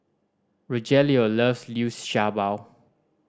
Rogelio loves Liu Sha Bao